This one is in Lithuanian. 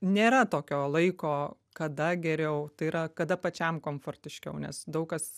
nėra tokio laiko kada geriau tai yra kada pačiam komfortiškiau nes daug kas